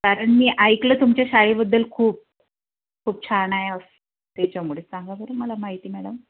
कारण मी ऐकलं तुमच्या शाळेबद्दल खूप खूप छान आहे असं त्याच्यामुळे सांगा बरं मला माहिती मॅडम